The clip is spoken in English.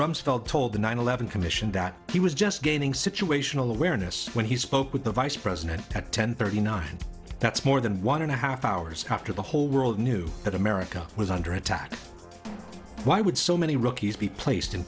rumsfeld told the nine eleven commission that he was just gaining situational awareness when he spoke with the vice president at ten thirty nine that's more than one and a half hours after the whole world knew that america was under attack why would so many rookies be placed in